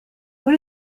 what